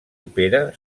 opera